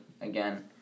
again